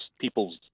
people's